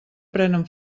prenen